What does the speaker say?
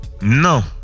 No